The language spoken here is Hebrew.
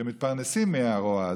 שמתפרנסים מהרוע הזה.